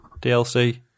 DLC